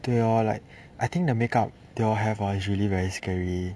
对 lor like I think the make up they all have ah usually very scary